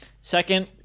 second